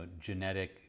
genetic